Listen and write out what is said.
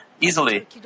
easily